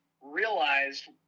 realized